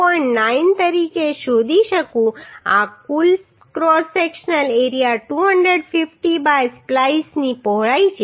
9 તરીકે શોધી શકું આ કુલ ક્રોસ સેક્શનલ એરિયા 250 બાય સ્પ્લાઈસની પહોળાઈ છે